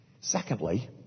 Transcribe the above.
Secondly